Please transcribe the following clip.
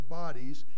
bodies